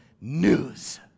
news